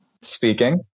Speaking